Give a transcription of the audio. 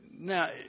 Now